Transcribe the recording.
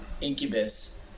Incubus